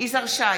יזהר שי,